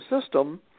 system